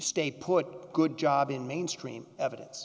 state put good job in mainstream evidence